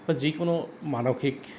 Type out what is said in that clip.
বা যিকোনো মানসিক